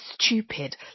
stupid